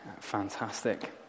fantastic